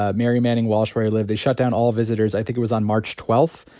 ah mary manning walsh, where he lived, they shut down all visitors, i think it was on march twelfth.